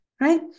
right